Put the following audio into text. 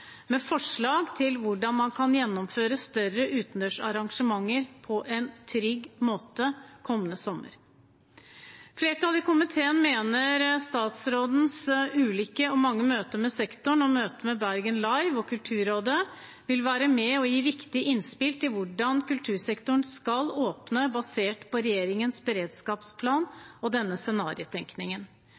med forslag til hvordan man kan gjennomføre større utendørs arrangementer på en trygg måte kommende sommer. Flertallet i komiteen mener statsrådens ulike og mange møter med sektoren og møter med Bergen Live og Kulturrådet vil være med og gi viktige innspill til hvordan kultursektoren skal åpne, basert på regjeringens beredskapsplan og denne scenariotenkningen.